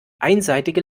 einseitige